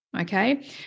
Okay